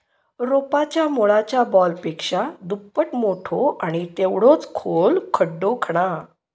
रोपाच्या मुळाच्या बॉलपेक्षा दुप्पट मोठो आणि तेवढोच खोल खड्डो खणा